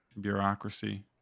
bureaucracy